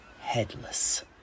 headless